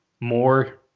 more